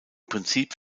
prinzip